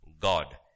God